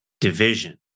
division